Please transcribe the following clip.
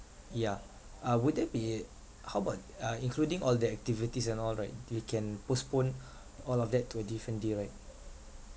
yeah uh would that be how about uh including all the activities and all right we can postpone all of that to a different day right